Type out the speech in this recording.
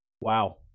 Wow